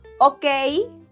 okay